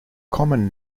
common